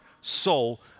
soul